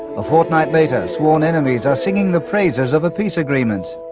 a fortnight later, sworn enemies are singing the praises of a peace agreement.